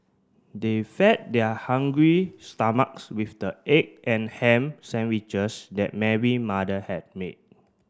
they fed their hungry stomachs with the egg and ham sandwiches that Mary mother had made